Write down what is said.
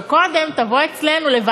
אבל קודם תבוא אלינו,